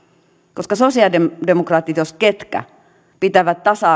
koska sosialidemokraatit jos ketkä pitävät tasa